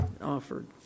offered